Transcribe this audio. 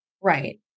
Right